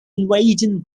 invasion